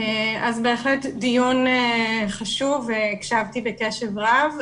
אז בהחלט דיון חשוב והקשבתי בקשב רב.